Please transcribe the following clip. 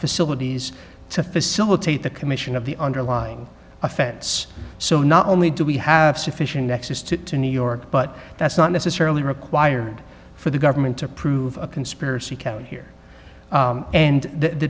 facilities to facilitate the commission of the underlying offense so not only do we have sufficient nexus to new york but that's not necessarily required for the government to prove a conspiracy count here and the